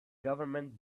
government